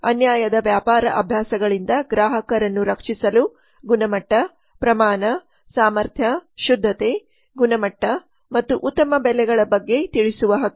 ಅನ್ಯಾಯದ ವ್ಯಾಪಾರ ಅಭ್ಯಾಸಗಳಿಂದ ಗ್ರಾಹಕರನ್ನು ರಕ್ಷಿಸಲು ಗುಣಮಟ್ಟ ಪ್ರಮಾಣ ಸಾಮರ್ಥ್ಯ ಶುದ್ಧತೆ ಗುಣಮಟ್ಟ ಮತ್ತು ಉತ್ತಮ ಬೆಲೆಗಳ ಬಗ್ಗೆ ತಿಳಿಸುವ ಹಕ್ಕು